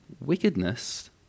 wickedness